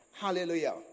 Hallelujah